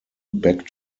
back